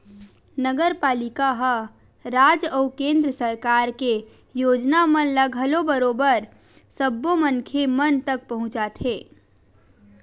नगरपालिका ह राज अउ केंद्र सरकार के योजना मन ल घलो बरोबर सब्बो मनखे मन तक पहुंचाथे